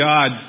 God